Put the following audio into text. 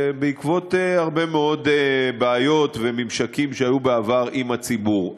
בעקבות הרבה מאוד בעיות וממשקים שהיו בעבר עם הציבור.